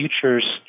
Futures